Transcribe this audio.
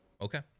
Okay